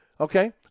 okay